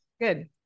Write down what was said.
Good